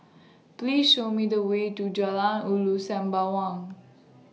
Please Show Me The Way to Jalan Ulu Sembawang